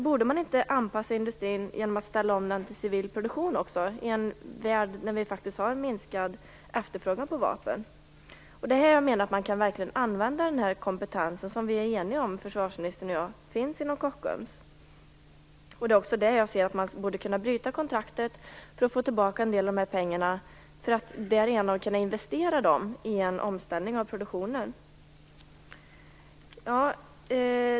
Borde man inte anpassa industrin genom att omställa den till civil produktion i en värld då det faktiskt är en minskad efterfrågan på vapen? Här kan man verkligen använda den kompetens som försvarsministern och jag är eniga om finns inom Kockums. Man borde kunna bryta kontraktet för att få tillbaka en del av de satsade pengarna som därigenom kan investeras i en omställning av produktionen.